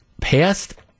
passed